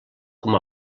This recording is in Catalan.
com